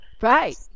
Right